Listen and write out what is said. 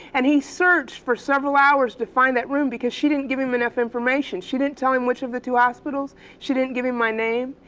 and he searched for several hours to find that room because she didn't give him enough information. information. she didn't tell him which of the two hospitals she didn't give him my name.